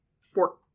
Four